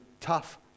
tough